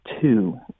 two